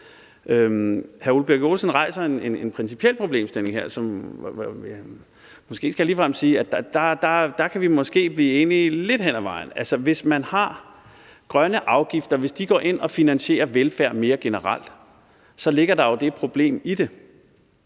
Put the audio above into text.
Hr. Ole Birk Olesen rejser en principiel problemstilling her, hvor jeg måske ligefrem kan sige, at vi måske kan blive enige lidt hen ad vejen. Altså, hvis grønne afgifter går ind og finansierer velfærd mere generelt, så ligger der jo det problem i det,